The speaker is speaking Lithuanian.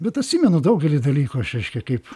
bet atsimenu daugelį dalykų aš reiškia kaip